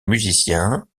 musiciens